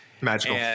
Magical